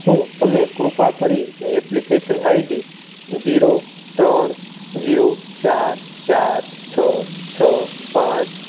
શું તમે કૃપા કરીને એપ્લિકેશન આઈડી ઝીરો ત્રણ ઝીરો ચાર ચાર છ છ પાંચ